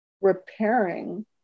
repairing